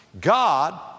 God